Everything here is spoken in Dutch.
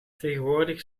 tegenwoordig